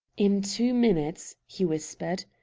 in two minutes, he whispered,